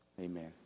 Amen